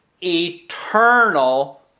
eternal